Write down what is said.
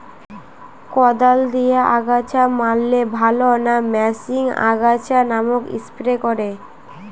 কদাল দিয়ে আগাছা মারলে ভালো না মেশিনে আগাছা নাশক স্প্রে করে?